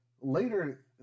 Later